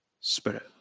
Spirit